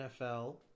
NFL